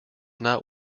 not